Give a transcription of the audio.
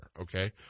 okay